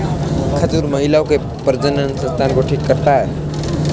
खजूर महिलाओं के प्रजननसंस्थान को ठीक करता है